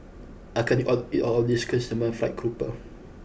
I can't eat all eat all of this Chrysanthemum Fried Grouper